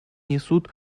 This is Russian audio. несут